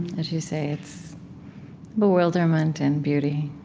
as you say, it's bewilderment and beauty